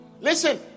Listen